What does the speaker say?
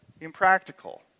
impractical